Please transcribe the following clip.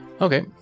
Okay